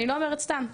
אני לא אומרת סתם.